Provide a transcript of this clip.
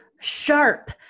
sharp